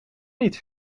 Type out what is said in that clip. niet